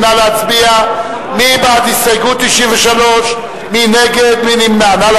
נא להצביע מי בעד הסתייגות 93, מי נגד, מי נמנע.